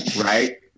right